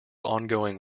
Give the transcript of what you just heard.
ongoing